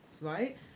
right